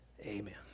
amen